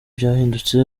byahindutse